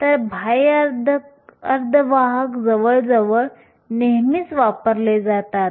तर बाह्य अर्धवाहक जवळजवळ नेहमीच वापरले जातात